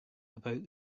about